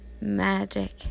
Magic